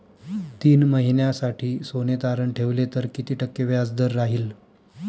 तीन महिन्यासाठी सोने तारण ठेवले तर किती टक्के व्याजदर राहिल?